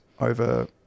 over